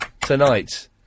tonight